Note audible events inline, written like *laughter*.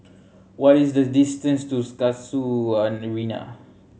what is the distance to *unintelligible* Casuarina